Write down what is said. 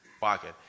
pocket